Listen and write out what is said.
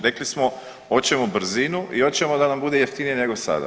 Rekli smo hoćemo brzinu i hoćemo da nam bude jeftinije nego sada.